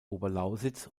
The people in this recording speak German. oberlausitz